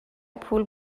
پول